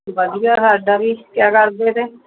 ਵਧੀਆ ਸਾਡਾ ਵੀ ਕਿਆ ਕਰਦੇ ਤੇ